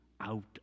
out